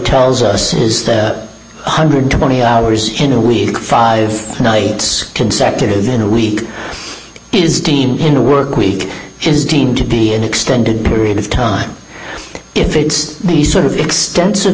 tells us is one hundred and twenty hours in a week five nights consecutive in a week is team in a work week is deemed to be an extended period of time if it's the sort of extensive